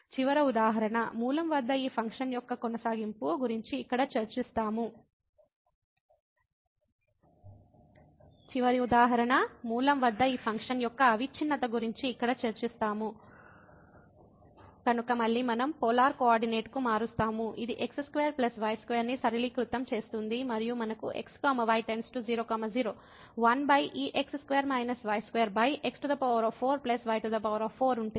చివరి ఉదాహరణ మూలం వద్ద ఈ ఫంక్షన్ యొక్క కొనసాగింపు గురించి ఇక్కడ చర్చిస్తాము కాబట్టి మళ్ళీ మనం పోలార్ కోఆర్డినేట్కు మారుస్తాము ఇది ఈ x2 y2 ని సరళీకృతం చేస్తుంది మరియు మనకు x y → 00 e1x2y2x4 y4 ఉంటుంది